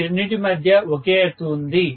ఈ రెండింటి మధ్య ఒకే ఎర్త్ ఉంది